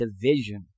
division